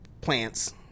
plants